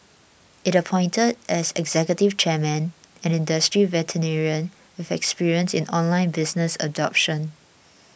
it appointed as executive chairman an industry veteran with experience in online business adoption